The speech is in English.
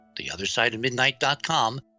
theothersideofmidnight.com